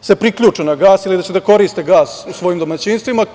se priključe na gas ili da će da koriste gas u svojim domaćinstvima.